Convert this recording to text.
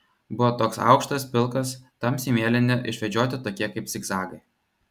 buvo toks aukštas pilkas tamsiai mėlyni išvedžioti tokie kaip zigzagai